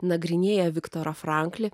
nagrinėja viktorą franklį